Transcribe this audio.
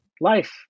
life